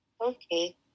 Okay